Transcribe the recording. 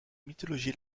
mythologie